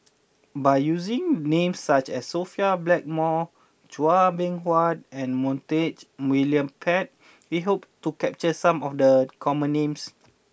by using names such as Sophia Blackmore Chua Beng Huat and Montague William Pett we hope to capture some of the common names